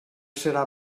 serà